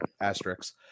asterisks